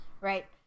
Right